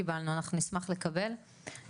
לא קיבלנו אבל אנחנו נשמח לקבל את